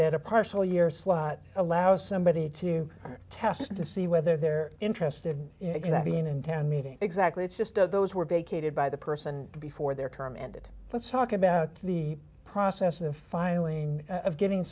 that a partial years allow somebody to test to see whether they're interested in that being in town meeting exactly it's just those who were vacated by the person before their term ended let's talk about the process of filing of getting